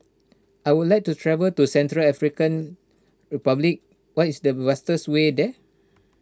I would like to travel to Central African Republic what is the fastest way there